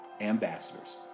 ambassadors